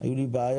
היו לי בעיות.